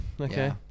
okay